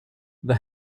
the